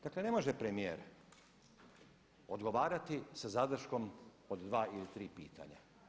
Dakle ne može premijer odgovarati sa zadrškom od 2 ili 3 pitanja.